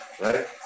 Right